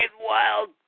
Wild